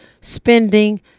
spending